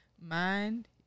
Mind